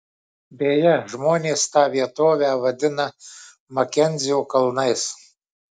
beje žmonės tą vietovę vadina makenzio kalnais